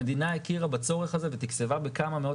המדינה הכירה בצורך הזה ותקצבה בכמה מאות